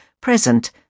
present